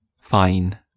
Fine